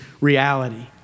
reality